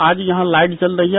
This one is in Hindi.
आज यहां लाईट जल रही है